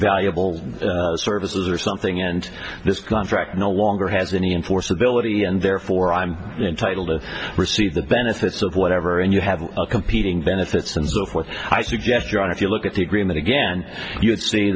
all services or something and this contract no longer has any in force ability and therefore i'm entitled to receive the benefits of whatever and you have competing benefits and so forth i suggest your honor if you look at the agreement again you'll see